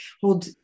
hold